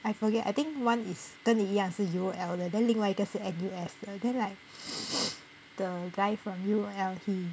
I forget I think one 是跟你一样是 U_O_L 的 then 另外一个是 N_U_S then like the guy from U_O_L he